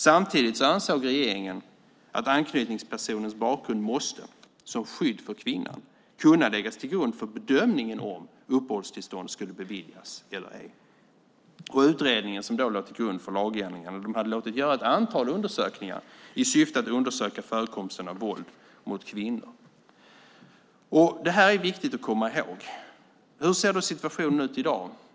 Samtidigt ansåg den dåvarande regeringen att anknytningspersonens bakgrund måste kunna läggas till grund för bedömningen om uppehållstillstånd skulle beviljas eller ej, detta som skydd för kvinnan. Det fanns en utredning som låg till grund för lagändringen, och de hade låtit göra ett antal undersökningar i syfte att undersöka förekomsten av våld mot kvinnor. Detta är viktigt att komma ihåg. Hur ser situationen ut i dag?